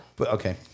okay